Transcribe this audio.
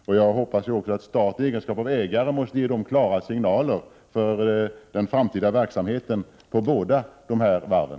Herr talman! Jag tackar för det beskedet och hoppas att staten i egenskap av ägare ger klara signaler för den framtida verksamheten vid båda varven.